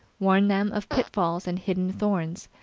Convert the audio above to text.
warn them of pitfalls and hidden thorns,